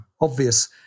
obvious